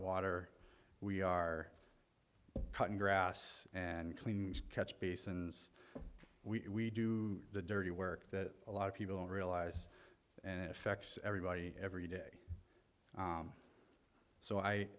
water we are cutting grass and cleaning catch basins we do the dirty work that a lot of people don't realize and it affects everybody every day so i